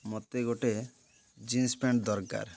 ମତେ ଗୋଟେ jeans pant ଦରକାର